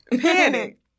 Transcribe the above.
Panic